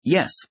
Yes